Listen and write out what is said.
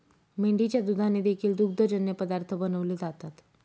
मेंढीच्या दुधाने देखील दुग्धजन्य पदार्थ बनवले जातात